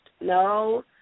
No